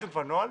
כתבתם כבר נוהל?